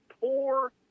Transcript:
poor